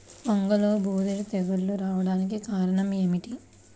వంగలో బూడిద తెగులు రావడానికి కారణం ఏమిటి?